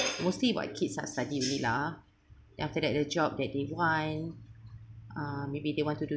mostly what kids are study only lah then after that the job that they want uh maybe they want to do